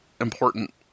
important